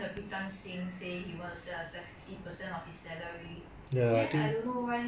ya another facebook post you know come and criticise then a lot of people criticising also lah